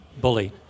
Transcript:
bully